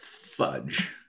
Fudge